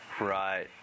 Right